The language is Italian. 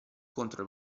contro